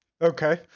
Okay